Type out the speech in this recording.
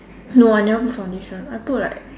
no I never put foundation I put like